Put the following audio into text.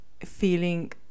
feeling